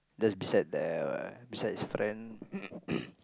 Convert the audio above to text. just beside there uh beside his friend